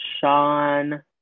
Sean